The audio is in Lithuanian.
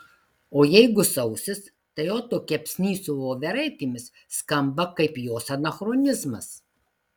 o jeigu sausis tai oto kepsnys su voveraitėmis skamba kaip jos anachronizmas